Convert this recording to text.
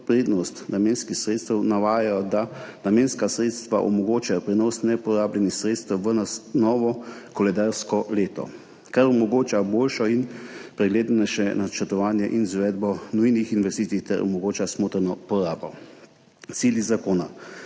prednost namenskih sredstev navajajo, da namenska sredstva omogočajo prenos neporabljenih sredstev v novo koledarsko leto, kar omogoča boljšo in preglednejše načrtovanje in izvedbo nujnih investicij ter omogoča smotrno porabo. Cilji zakona.